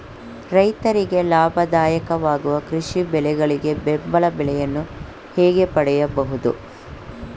ರೈತರಿಗೆ ಲಾಭದಾಯಕ ವಾಗುವ ಕೃಷಿ ಬೆಳೆಗಳಿಗೆ ಬೆಂಬಲ ಬೆಲೆಯನ್ನು ಹೇಗೆ ಪಡೆಯಬಹುದು?